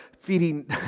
feeding